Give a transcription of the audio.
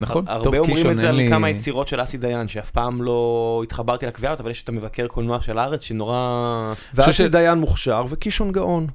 הרבה אומרים את זה על כמה יצירות של אסי דיין, שאף פעם לא התחברתי לקביעה הזאת, אבל יש את המבקר קולנוע של הארץ, שנורא... אני חושב שדיין מוכשר וקישון גאון.